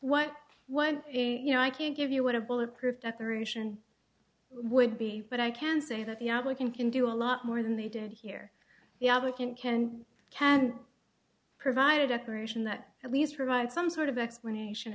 what what you know i can't give you what a bullet proof decoration would be but i can say that the applicant can do a lot more than they did here the other can can can provide a decoration that at least provide some sort of explanation